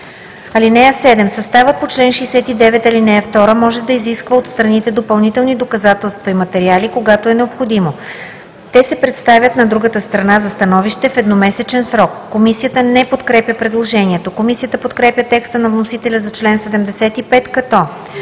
„(7) Съставът по чл. 69, ал. 2 може да изисква от страните допълнителни доказателства и материали, когато е необходимо. Те се представят на другата страна за становище в едномесечен срок.“ Комисията не подкрепя предложението. Комисията подкрепя текста на вносителя за чл. 75, като: